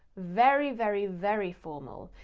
very very, very formal.